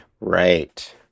Right